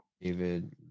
David